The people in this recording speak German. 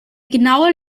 genaue